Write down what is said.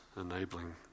enabling